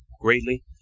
greatly